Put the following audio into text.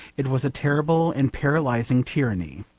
it was a terrible and paralysing tyranny.